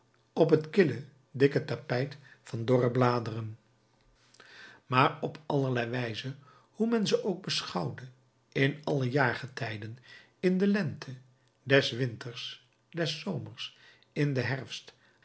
op het kille dikke tapijt van dorre bladeren maar op allerlei wijzen hoe men ze ook beschouwde in alle jaargetijden in de lente des winters des zomers in den herfst